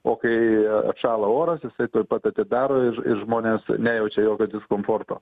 o kai atšąla oras jisai tuoj pat atidaro ir ir žmonės nejaučia jokio diskomforto